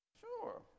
Sure